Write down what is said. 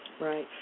Right